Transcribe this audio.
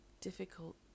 difficult